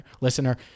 listener